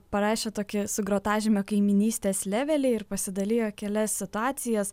parašė tokį su grotažyme kaimynystės leveliai ir pasidalijo kelias situacijas